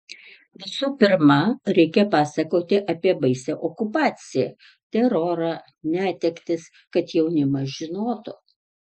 visų pirma reikia pasakoti apie baisią okupaciją terorą netektis kad jaunimas žinotų